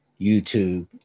YouTube